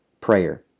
Prayer